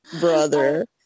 brother